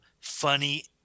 funny